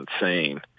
insane